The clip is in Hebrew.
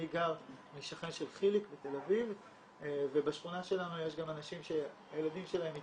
אני שכן של חיליק בתל אביב ובשכונה שלנו יש גם אנשים שהילדים שלהם עם